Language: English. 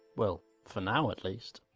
well, for now at least.